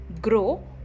grow